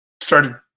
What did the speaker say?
started